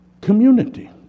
community